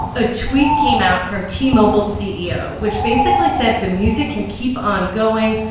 a tweet came out from t-mobile's ceo which basically said, the music can keep on going.